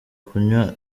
kunywa